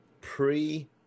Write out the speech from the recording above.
pre